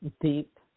deep